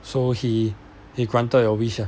so he he granted your wish lah